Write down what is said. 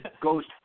ghost